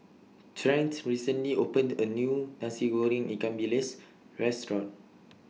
Trent recently opened A New Nasi Goreng Ikan Bilis Restaurant